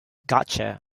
gotcha